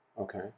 Okay